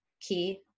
key